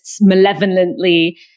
malevolently